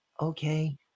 okay